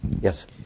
Yes